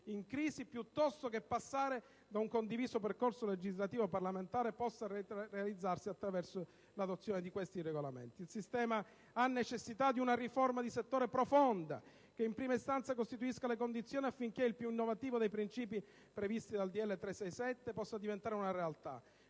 in crisi, piuttosto che passare da un condiviso percorso legislativo parlamentare, possa realizzarsi attraverso l'adozione di questi regolamenti. Il sistema ha necessità di una riforma di settore profonda che, in prima istanza, costituisca le condizioni affinché il più innovativo dei principi previsti dal decreto legislativo n.